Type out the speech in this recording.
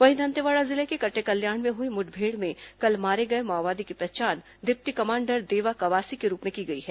वहीं दंतेवाड़ा जिले के कटेकल्याण में हुई मुठभेड़ में कल मारे गए माओवादी की पहचान डिप्टी कमांडर देवा कवासी के रूप में की गई है